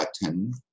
button